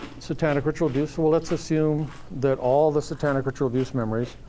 satanic ritual abuse well, let's assume that all the satanic ritual abuse memories,